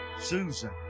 Susan